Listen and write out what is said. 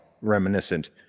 reminiscent